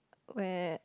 where